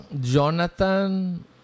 Jonathan